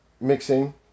mixing